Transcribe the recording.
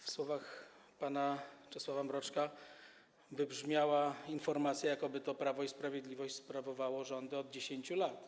W słowach pana Czesława Mroczka wybrzmiała informacja, jakoby to Prawo i Sprawiedliwość sprawowało rządy od 10 lat.